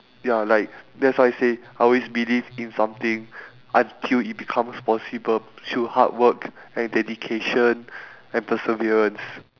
ya like that's why I say I always believe in something until it becomes possible through hardwork and dedication and perseverance